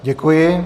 Děkuji.